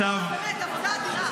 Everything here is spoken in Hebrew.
מכולם, היום זה יום של סולידריות.